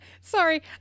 sorry